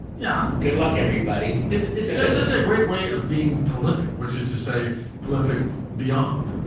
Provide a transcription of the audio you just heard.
yeah. good luck everybody. it's it's just such a great way of being prolific which is to say prolific beyond.